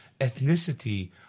ethnicity